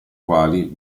quali